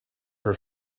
her